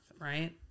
right